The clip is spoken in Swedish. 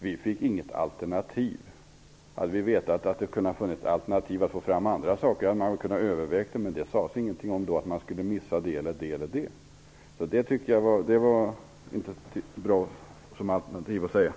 Vi fick inget alternativ. Hade vi vetat att det hade funnits alternativ, hade vi kunnat överväga saken. Men det sades inget om att det eller det skulle utgå.